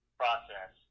process